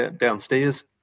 downstairs